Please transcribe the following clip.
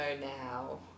now